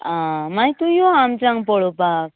आ मागीर तूं यो आमचे हांगा पळोवपाक